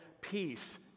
peace